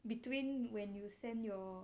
between when you send your